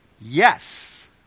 yes